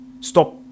stop